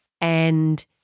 and-